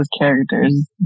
character's